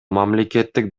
мамлекеттик